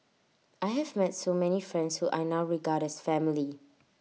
I have met so many friends who I now regard as family